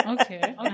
okay